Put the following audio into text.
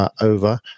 over